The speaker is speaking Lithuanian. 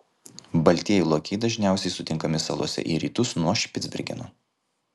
baltieji lokiai dažniausiai sutinkami salose į rytus nuo špicbergeno